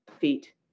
feet